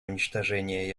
уничтожение